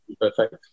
perfect